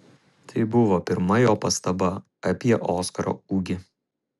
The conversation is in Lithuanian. tai buvo pirma jo pastaba apie oskaro ūgį